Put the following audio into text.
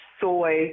soy